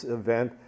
event